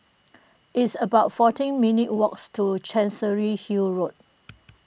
it's about fourteen minutes' walks to Chancery Hill Road